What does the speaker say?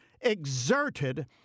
exerted